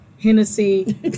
Hennessy